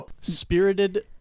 Spirited